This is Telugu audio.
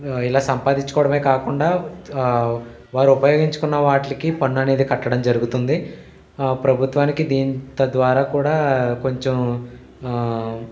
ఇలా సంపాదించుకోవడమే కాకుండా వారు ఉపయోగించుకున్న వాటికి పన్ను అనేది కట్టడం జరుగుతుంది ప్రభుత్వానికి దీన్ తద్వారా కూడా కొంచెం